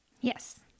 Yes